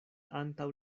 antaŭ